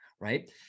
right